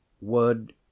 word